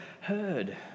heard